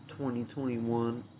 2021